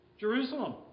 Jerusalem